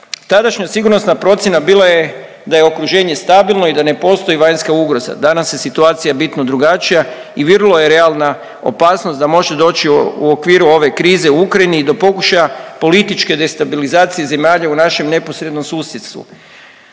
Tadašnja sigurnosna procjena bila je da je okruženje stabilno i da ne postoj vanjska ugroza. Danas je situacija bitno drugačija i vrlo je realna opasnost da može doći u okviru ove krize u Ukrajini i do pokušaja političke destabilizacije zemalja u našem neposrednom susjedstvu.